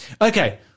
Okay